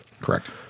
Correct